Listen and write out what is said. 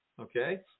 okay